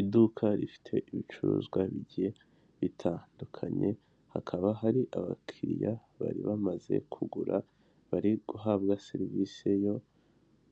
Iduka rifite ibicuruzwa bigiye bitandukanye, hakaba hari abakiriya bari bamaze kugura, bari guhabwa serivisi yo